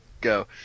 go